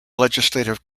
legislative